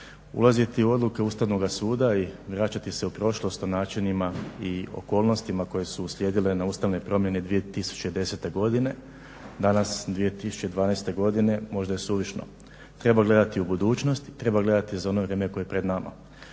Ulaziti u odluke Ustavnoga suda i vraćati se u prošlost o načinima i okolnostima koje su uslijedile na ustavne promjene 2010.godine, danas 2012.godine možda je suvišno. Treba gledati u budućnost, treba gledati za ono vrijeme koje je pred nama.